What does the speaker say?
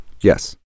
Yes